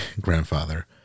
grandfather